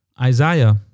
Isaiah